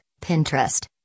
Pinterest